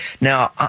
Now